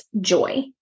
joy